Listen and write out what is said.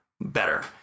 better